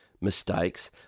mistakes